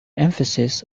emphasis